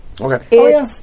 Okay